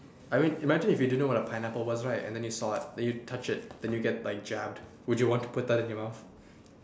I mean imagine if you didn't know what is a pineapple was right and then you saw it then you touch it then you get like jabbed would you want to put that in your mouth